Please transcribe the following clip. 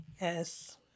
Yes